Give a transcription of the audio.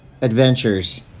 adventures